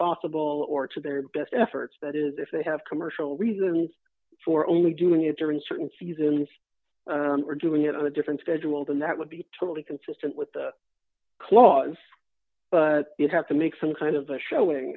possible or to their best efforts that is if they have commercial reasons for only doing it during certain seasons or doing it on a different schedule than that would be totally consistent with the clause you have to make some kind of the showing